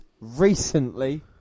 recently